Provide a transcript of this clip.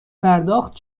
پرداخت